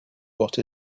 what